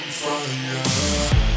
fire